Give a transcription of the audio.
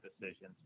decisions